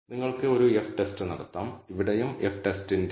അതിനാൽ ഈ സാഹചര്യത്തിൽ അത് പറയുന്നത് നിങ്ങൾ സിഗ്നിഫിക്കൻസ് ലെവൽ 0